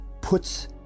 puts